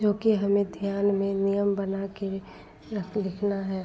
जोकि हमें ध्यान में नियम बनाकर रख लिखना है